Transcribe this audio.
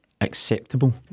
acceptable